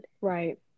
right